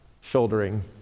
shouldering